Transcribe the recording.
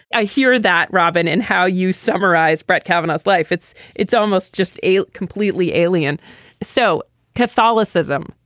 i hear that robin and how you summarize brett cavernous life it's it's almost just a completely alien so catholicism.